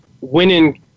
winning